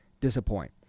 disappoint